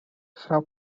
frau